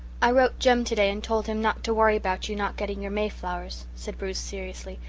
i wrote jem to-day and told him not to worry about you not getting your mayflowers, said bruce seriously,